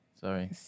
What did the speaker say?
Sorry